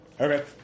Okay